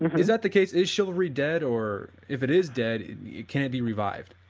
and but is that the case is chivalry dead or if it is dead, it can't be revived?